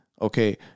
Okay